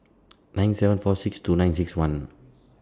nine seven four six two nine six one